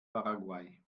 paraguay